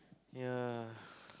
ya